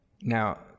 Now